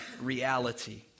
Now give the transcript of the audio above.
reality